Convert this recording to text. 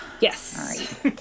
Yes